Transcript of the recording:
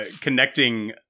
connecting